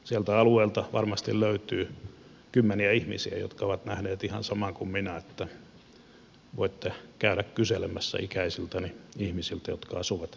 sieltä alueelta varmasti löytyy kymmeniä ihmisiä jotka ovat nähneet ihan saman kuin minä että voitte käydä kyselemässä ikäisiltäni ihmisiltä jotka asuvat sillä suunnalla